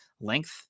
length